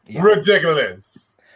ridiculous